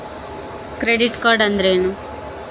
Credit card ಅಂದ್ರೇನು?